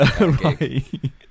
Right